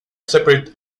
separate